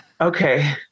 Okay